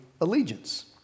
allegiance